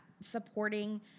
supporting